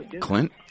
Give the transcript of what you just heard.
Clint